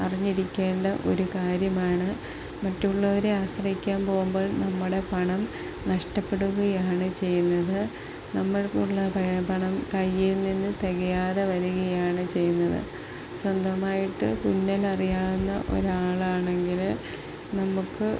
അറിഞ്ഞിരിക്കേണ്ട ഒരു കാര്യമാണ് മറ്റുള്ളവരെ ആശ്രയിക്കാൻ പോകുമ്പോൾ നമ്മുടെ പണം നഷ്ടപ്പെടുകയാണ് ചെയ്യുന്നത് നമുക്കുള്ള പണം കയ്യിൽ നിന്ന് തികയാതെ വരികയാണ് ചെയ്യുന്നത് സ്വന്തമായിട്ട് തുന്നലറിയാവുന്ന ഒരാളാണെങ്കില് നമുക്ക്